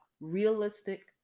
realistic